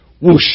Whoosh